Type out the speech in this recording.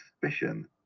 suspicion